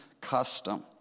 custom